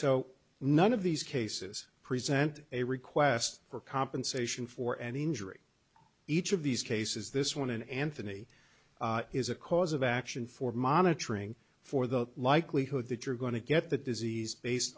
so none of these cases present a request for compensation for an injury each of these cases this one in anthony is a cause of action for monitoring for the likelihood that you're going to get the disease based